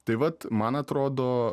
tai vat man atrodo